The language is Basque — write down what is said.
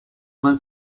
eman